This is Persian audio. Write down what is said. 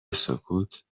وسکوت